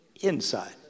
inside